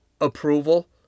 approval